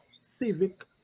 civic